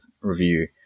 review